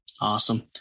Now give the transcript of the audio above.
Awesome